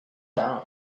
dawn